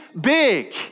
big